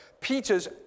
Peter's